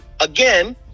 again